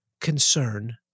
concern